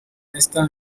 esther